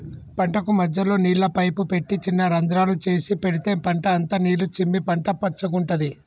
పంటకు మధ్యలో నీళ్ల పైపు పెట్టి చిన్న రంద్రాలు చేసి పెడితే పంట అంత నీళ్లు చిమ్మి పంట పచ్చగుంటది